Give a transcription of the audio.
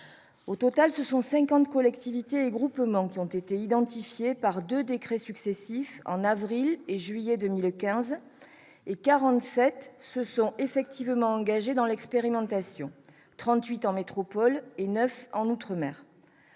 Au total, parmi les 50 collectivités et groupements qui ont été retenus par deux décrets successifs en avril et juillet 2015, quelque 47 se sont effectivement engagés dans l'expérimentation- 38 en métropole et 9 outre-mer.